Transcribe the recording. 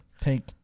Take